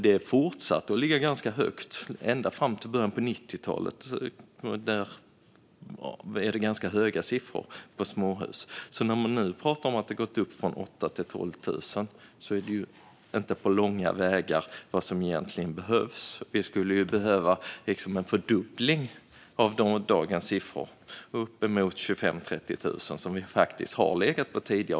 Det fortsatte att ligga ganska högt, och ända fram till början av 90-talet var det ganska höga siffror för småhus. När man nu pratar om att det har gått upp från 8 000 till 12 000 är det inte på långa vägar vad som behövs. Vi skulle behöva en fördubbling av dagens siffror, alltså uppemot 25 000-30 000. Det har vi legat på tidigare.